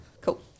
Cool